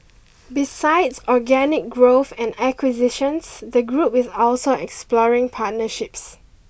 besides organic growth and acquisitions the group is also exploring partnerships